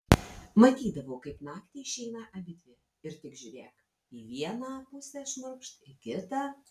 matydavau kaip naktį išeina abidvi ir tik žiūrėk į vieną pusę šmurkšt į kitą